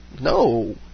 No